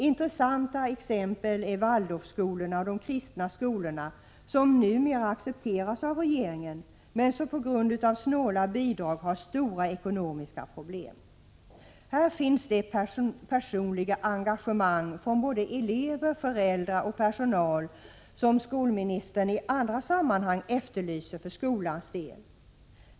Intressanta exempel är Waldorfskolorna och de kristna skolorna, som numera accepteras av regeringen men som på grund av snåla bidrag har stora ekonomiska problem. Här finns det personliga engagemang från elever, föräldrar och personal som skolministern i andra sammanhang efterlyser för skolans del.